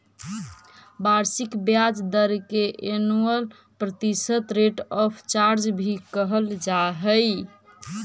वार्षिक ब्याज दर के एनुअल प्रतिशत रेट ऑफ चार्ज भी कहल जा हई